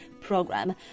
program